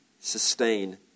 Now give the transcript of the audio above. sustain